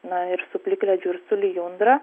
na ir su plikledžiu ir su lijundra